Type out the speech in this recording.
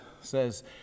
says